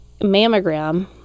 mammogram